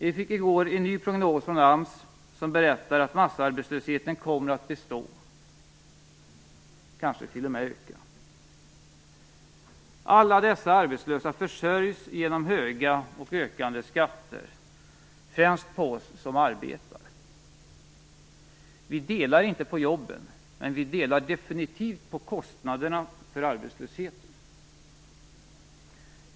Vi fick i går en ny prognos från AMS som berättar att massarbetslösheten kommer att bestå, kanske t.o.m. öka. Alla dessa arbetslösa försörjs genom höga och ökande skatter, främst på oss som arbetar. Vi delar inte på jobben, men vi delar definitivt på kostnaderna för arbetslösheten.